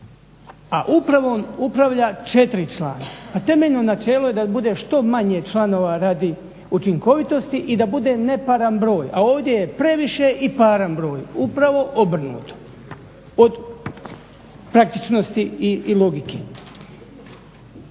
a upravom upravlja četiri člana. Pa temeljno načelo je da bude što manje članova radi učinkovitosti i da bude neparan broj, a ovdje je previše i paran broj. Upravo obrnuto od praktičnosti i logike.